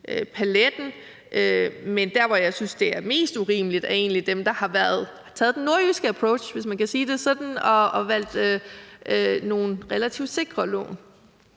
paletten. Men der, hvor jeg synes, det er mest urimeligt, er egentlig for dem, der har taget den nordjyske approach, hvis man kan sige det sådan, og valgt nogle relativt sikre lån.